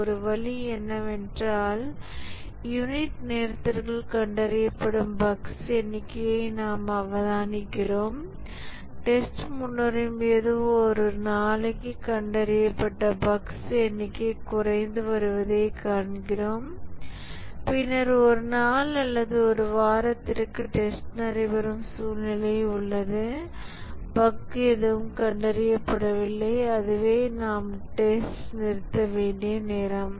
ஒரு வழி என்னவென்றால் யூனிட் நேரத்திற்குள் கண்டறியப்படும் பஃக்ஸ் எண்ணிக்கையை நாம் அவதானிக்கிறோம் டெஸ்ட் முன்னேறும்போது ஒரு நாளைக்கு கண்டறியப்பட்ட பஃக்ஸ் எண்ணிக்கை குறைந்து வருவதைக் காண்கிறோம் பின்னர் ஒரு நாள் அல்லது ஒரு வாரத்திற்கு டெஸ்ட் நடைபெறும் சூழ்நிலை உள்ளது பஃக் எதுவும் கண்டறியப்படவில்லை அதுவே நாம் டெஸ்ட் நிறுத்த வேண்டிய நேரம்